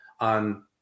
on